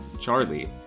Charlie